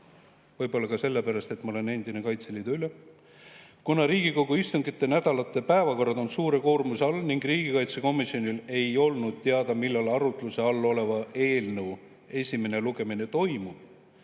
võib-olla ka sellepärast, et ma olen endine Kaitseliidu ülem. Kuna Riigikogu istunginädalate päevakorrad on suure koormuse all ning riigikaitsekomisjonile ei olnud teada, millal arutluse all oleva eelnõu esimene lugemine toimub,